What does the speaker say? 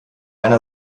einer